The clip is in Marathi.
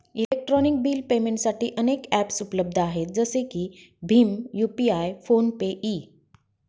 इलेक्ट्रॉनिक बिल पेमेंटसाठी अनेक ॲप्सउपलब्ध आहेत जसे की भीम यू.पि.आय फोन पे इ